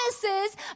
promises